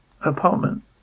apartment